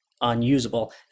unusable